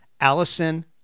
Allison